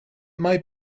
might